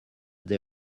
they